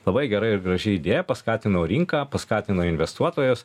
labai gera ir graži idėja paskatino rinką paskatino investuotojus